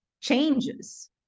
changes